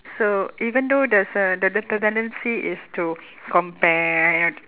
so even though there's a the the the tendency is to compare you know the